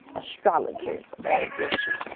astrologers, they get you,